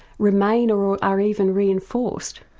remain or are are even reinforced?